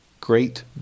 great